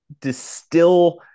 distill